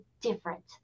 different